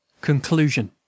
Conclusion